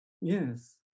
yes